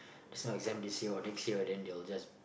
there's no exam this year or next year then they will just